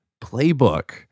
playbook